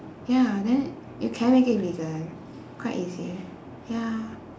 ya then you can make it vegan quite easy ya